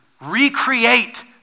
recreate